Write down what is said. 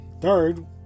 Third